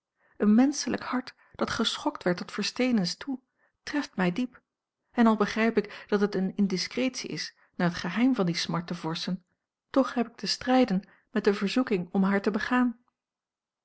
een menschelijk hart dat geschokt werd tot versteenens toe treft mij diep en al begrijp ik dat het eene indiscretie is naar het geheim van die smart te vorschen toch heb ik te strijden met de verzoeking om haar te begaan